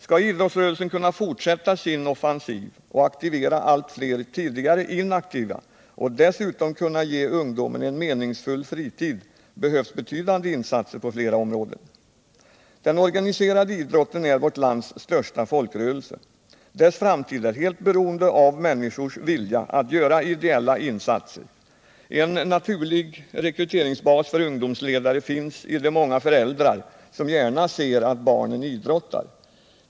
Skall idrottsrörelsen kunna fortsätta sin offensiv och aktivera allt fler tidigare inaktiva och dessutom kunna ge ungdomen en meningsfull fritid, behövs betydande insatser på flera områden. Den organiserade idrotten är vårt lands största folkrörelse. Dess framtid är helt beroende av människornas vilja att göra ideella insatser. En naturlig rekryteringsbas för ungdomsledare finns i de många föräldrar som gärna ser att barnen idrottar.